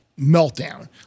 meltdown